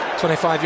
25